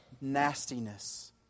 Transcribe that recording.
nastiness